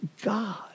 God